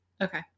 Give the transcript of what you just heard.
Okay